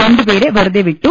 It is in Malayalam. രണ്ടു പേരെ വെറുതെ വിട്ടു